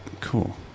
cool